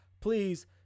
please